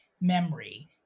Memory